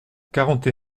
quarante